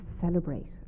celebrate